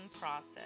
process